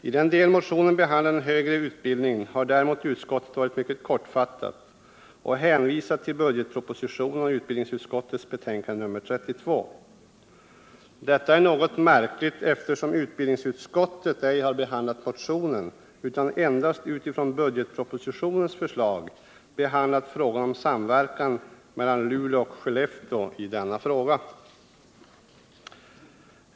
I den del motionen behandlar den högre utbildningen har däremot utskottet varit mycket kortfattat och hänvisat till budgetpropositionen och utbildningsutskottets betänkande nr 32. Detta är något märkligt, eftersom utbildningsutskottet ej har behandlat motionen utan endast utifrån budgetpropositionens förslag behandlat frågan om samverkan mellan Luleå och Skellefteå i denna fråga.